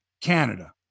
Canada